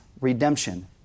redemption